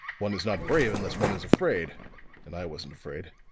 one is not brave unless one is afraid and i wasn't afraid.